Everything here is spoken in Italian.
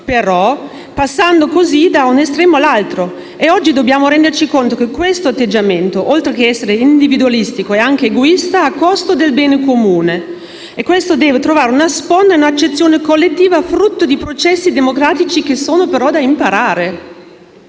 passando però da un estremo all'altro. Oggi dobbiamo renderci conto che questo atteggiamento è non solo individualistico, ma anche egoista, a costo del bene comune. E questo deve trovare una sponda in un'accezione collettiva frutto di processi democratici che, però, sono da imparare.